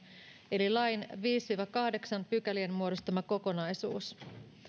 eli lain pykälien viisi viiva kahdeksan muodostama kokonaisuus